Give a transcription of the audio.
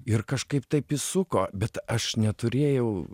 ir kažkaip taip įsuko bet aš neturėjau